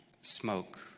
smoke